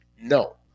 No